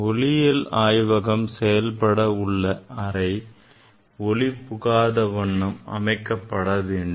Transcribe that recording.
ஒளியியல் ஆய்வகம் செயல்பட உள்ள அறை புறஒளி புகாத வண்ணம் அமைக்கப்பட வேண்டும்